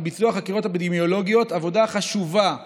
ביצוע חקירות אפידמיולוגיות עבודה חשובה והכרחית,